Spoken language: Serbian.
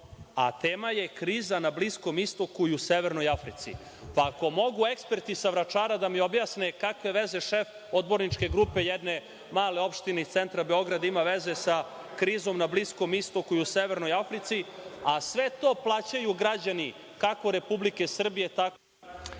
a tema je – Kriza na Bliskom Istoku i u Severnoj Africi. Pa, ako mogu eksperti sa Vračara da mi objasne kakve veze šef odborničke grupe jedne male opštine iz centra Beograda ima veze sa krizom na Bliskom Istoku i u Severnoj Africi, a sve to plaćaju građani kako Republike Srbije, tako i